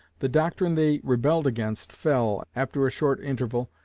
the doctrine they rebelled against fell, after a short interval,